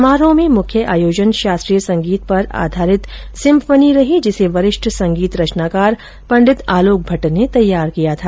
समारोह में मुख्य आयोजन शास्त्रीय संगीत पर आधारित सिम्फनी रही जिसे वरिष्ठ संगीत रचनाकार पंडित आलोक भट्ट ने तैयार किया था